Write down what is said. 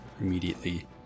immediately